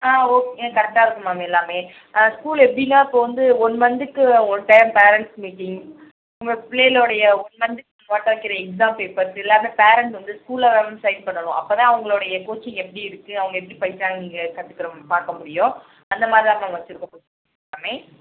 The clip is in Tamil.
ஆ ஓகே கரெக்டாக இருக்கும் மேம் எல்லாமே ஸ்கூல் எப்படின்னா இப்போ வந்து ஒன் மந்த்துக்கு ஒன் டைம் பேரெண்ட்ஸ் மீட்டிங் உங்கள் பிள்ளையிளோடைய ஒன் மந்த்துக்கு வைக்கின்ற எக்ஸாம் பேப்பர்ஸ் எல்லாமே பேரெண்ட் வந்து ஸ்கூல்லே தான் மேம் சைன் பண்ணணும் அப்போதான் அவங்களுடைய கோச்சிங் எப்படி இருக்குது அவங்க எப்படி படிக்கிறாங்கங்கறத கற்றுக்கறாங்க பார்க்க முடியும் அந்த மாதிரி தான் மேம் வச்சுருக்கோம் எல்லாமே